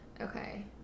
okay